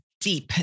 deep